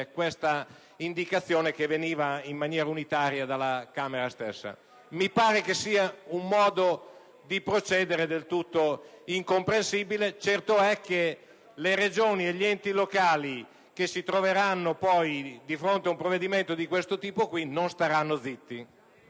un'indicazione che veniva in maniera unitaria dalla Camera. Mi pare che questo sia un modo di procedere del tutto incomprensibile. Certo è che le Regioni e gli enti locali che si troveranno di fronte a un provvedimento del genere, non staranno in